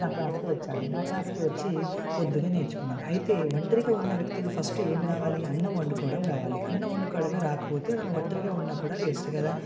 నా క్లాస్కి వచ్చాడు నా క్లాస్కి వచ్చి పొద్దున్నే నేర్చుకున్నాను అయితే ఒంటరిగా ఉన్న వ్యక్తికి ఫస్ట్ ఏం కావాలి అన్నం వండుకోవడం రావాలి అన్నం వండుకోవడమే రాకపోతే తను ఒంటరిగా ఉన్నా కూడా వేస్ట్ కదా